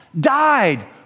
died